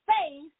faith